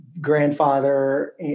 Grandfather